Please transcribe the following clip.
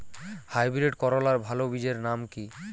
Hybrid করলার ভালো বীজের নাম কি?